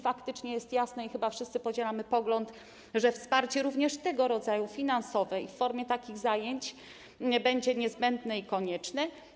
Faktycznie jest jasne to - i chyba wszyscy podzielamy taki pogląd - że wsparcie, również tego rodzaju, finansowe, i w formie takich zajęć będzie niezbędne i konieczne.